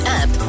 app